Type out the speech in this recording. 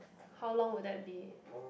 how long will that be